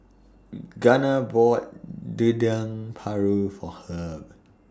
Gunnar bought Dendeng Paru For Herb